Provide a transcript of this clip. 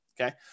okay